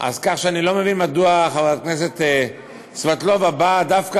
כך שאני לא מבין מדוע חברת הכנסת סבטלובה באה דווקא